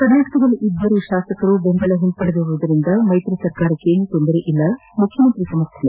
ಕರ್ನಾಟಕದಲ್ಲಿ ಇಬ್ಲರು ಶಾಸಕರು ಬೆಂಬಲ ಹಿಂಪಡೆದಿರುವುದರಿಂದ ಮ್ಸೆತ್ರಿ ಸರ್ಕಾರಕ್ಷೇನೂ ತೊಂದರೆ ಇಲ್ಲ ಮುಖ್ಯಮಂತ್ರಿ ಸಮರ್ಥನೆ